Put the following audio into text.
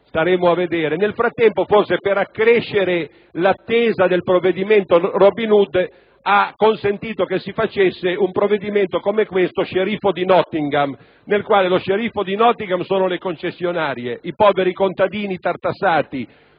Nel frattempo, forse per accrescere l'attesa del provvedimento Robin Hood, ha consentito che si facesse un provvedimento come questo, sceriffo di Nottingham, nel quale lo sceriffo di Nottingham sono le concessionarie, i poveri contadini tartassati